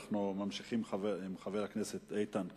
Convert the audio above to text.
אנחנו ממשיכים עם חבר הכנסת איתן כבל.